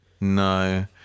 No